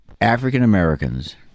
African-Americans